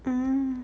mm